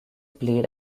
played